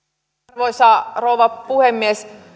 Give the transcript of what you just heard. arvoisa rouva puhemies